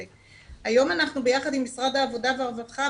היום אנחנו ביחד עם משרד העבודה והרווחה,